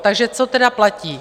Takže co tedy platí?